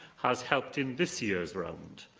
has helped in this year's round,